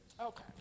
Okay